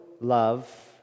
love